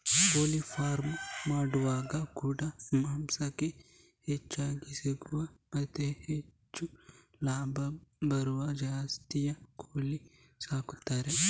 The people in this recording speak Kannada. ಕೋಳಿ ಫಾರ್ಮ್ ಮಾಡುವಾಗ ಕೂಡಾ ಮಾಂಸ ಹೆಚ್ಚು ಸಿಗುವ ಮತ್ತೆ ಹೆಚ್ಚು ಲಾಭ ಬರುವ ಜಾತಿಯ ಕೋಳಿ ಸಾಕ್ತಾರೆ